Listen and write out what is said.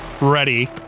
ready